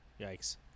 Yikes